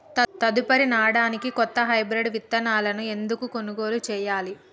తదుపరి నాడనికి కొత్త హైబ్రిడ్ విత్తనాలను ఎందుకు కొనుగోలు చెయ్యాలి?